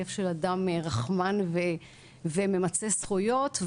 לב של אדם רחמן וממצה זכויות.